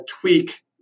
tweak